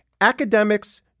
Academics